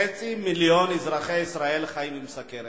חצי מיליון אזרחי ישראל חיים עם סוכרת,